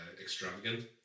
extravagant